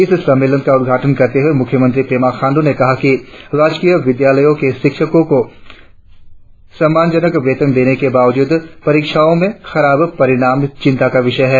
इस सम्मेलन का उद्घाटन करते हुए मुख्यमंत्री पेमा खाण्डू ने कहा कि राजकीय विद्यालयों के शिक्षकों को सम्मानजनक वेतन देने के बावजूद परीक्षाओं में खराब परिणाम चिंता का विषय है